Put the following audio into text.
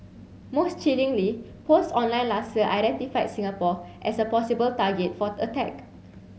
most chillingly posts online last year identified Singapore as a possible target for attack